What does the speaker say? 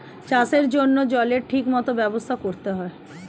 চাষের জন্য জলের ঠিক মত ব্যবস্থা করতে হয়